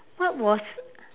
what was